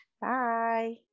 Bye